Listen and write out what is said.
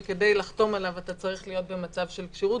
שכדי לחתום עליו אתה צריך להיות במצב של כשירות,